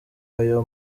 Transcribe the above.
ayo